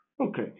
Okay